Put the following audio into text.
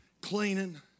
cleaning